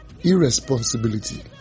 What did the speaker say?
irresponsibility